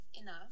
enough